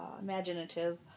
imaginative